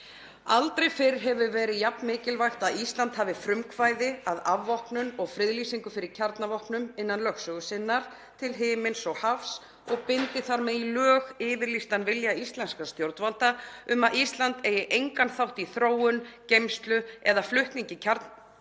Aldrei fyrr hefur verið jafn mikilvægt að Ísland hafi frumkvæði að afvopnun og friðlýsingu fyrir kjarnorkuvopnum innan lögsögu sinnar til himins og hafs og bindi þar með í lög yfirlýstan vilja íslenskra stjórnvalda um að Ísland eigi engan þátt í þróun, geymslu eða flutningi kjarnorkuvopna